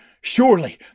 surely